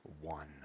one